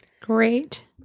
Great